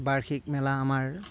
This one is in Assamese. বাৰ্ষিক মেলা আমাৰ